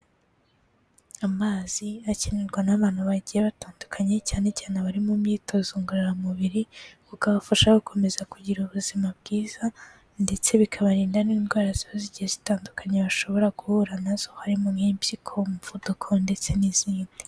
Amazi akinerwa n'abantu bagiye batandukanye cyane cyane bari mu myitozo ngororamubiri, bukabafasha gukomeza kugira ubuzima bwiza ndetse bikabarinda n'indwara ziba zigiye zitandukanye bashobora guhura nazo, harimo nk'impyiko, umuvuduko ndetse n'izindi.